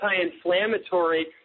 anti-inflammatory